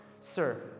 Sir